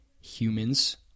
humans